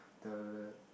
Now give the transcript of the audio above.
the the